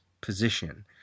position –